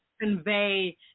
convey